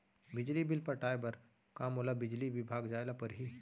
बिजली बिल पटाय बर का मोला बिजली विभाग जाय ल परही?